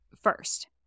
first